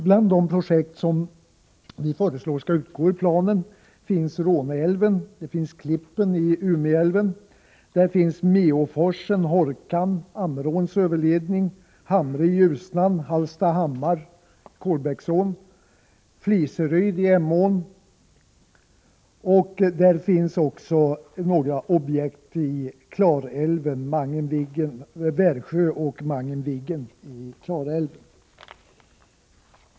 Bland de projekt som enligt vad vi föreslår skall utgå ur planen finns Råneälven, Klippen i Umeälven, Meåforsen, Hårkan, Ammeråns överledning, Hamre i Ljusnan, Hallstahammar i Kolbäcksån, Fliseryd i Emån samt Värsjö och Mangen-Viggen i Klarälven.